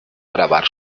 grabar